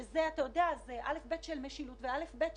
שזה אל"ף-בי"ת של משילות ואל"ף-בי"ת